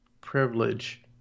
Privilege